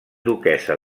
duquessa